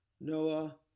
Noah